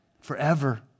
Forever